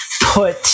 put